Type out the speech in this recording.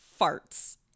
farts